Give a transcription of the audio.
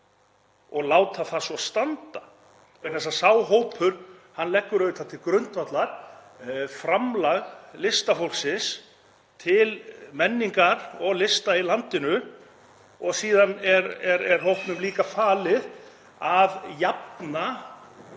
og láta það svo standa, vegna þess að sá hópur leggur til grundvallar framlag listafólksins til menningar og lista í landinu og síðan er hópnum líka falið að jafna